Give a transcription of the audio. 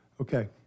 Okay